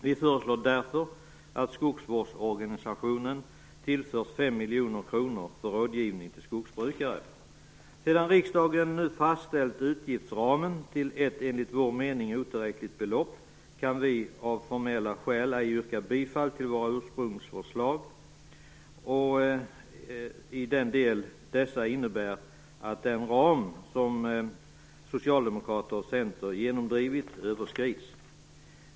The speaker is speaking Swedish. Vi föreslår därför att skogsvårdsorganisationen tillförs 5 miljoner kronor för rådgivning till skogsbrukare. Sedan riksdagen fastställt utgiftsramen till ett enligt vår mening otillräckligt belopp kan vi av formella skäl ej yrka bifall till våra ursprungsförslag i den del dessa innebär att den ram som Socialdemokraterna och Centern genomdrivit överskrids.